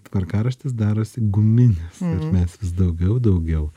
tvarkaraštis darosi guminis mes vis daugiau daugiau